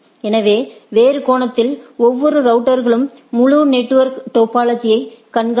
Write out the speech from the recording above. எனவே வேறு கோணத்தில் ஒவ்வொரு ரவுட்டர்களும் முழு நெட்வொர்க் டோபாலஜியை கண்காணிக்கும்